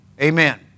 Amen